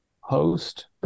host